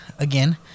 again